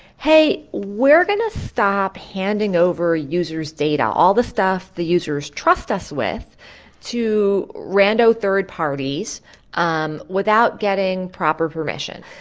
hey, we're going to stop handing over users' data all the stuff the users trust us with to rando third parties um without getting proper permission.